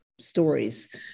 stories